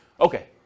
Okay